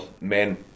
men